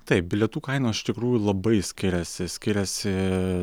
taip bilietų kainos iš tikrųjų labai skiriasi skiriasi